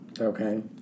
Okay